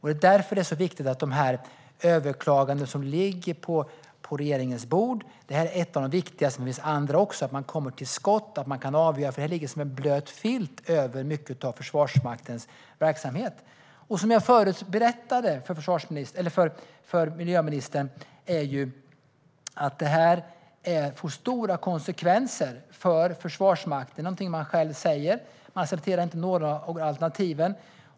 Det är därför det är viktigt att man kommer till skott med de överklaganden som ligger på regeringens bord - det här är ett av de viktigaste, men det finns andra - och kan avgöra dem, för det här ligger som en blöt filt över mycket av Försvarsmaktens verksamhet. Som jag förut berättade för miljöministern får det här stora konsekvenser för Försvarsmakten. Det är någonting som Försvarsmakten själv säger. Man accepterar inte några av alternativen.